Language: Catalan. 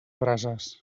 brases